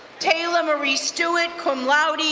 taylor marie stewart, cum laude,